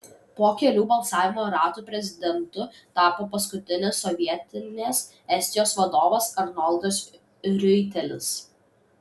po kelių balsavimo ratų prezidentu tapo paskutinis sovietinės estijos vadovas arnoldas riuitelis